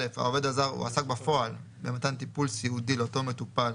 (א) העובד הזר הועסק בפועל במתן טיפול סיעודי לאותו מטופל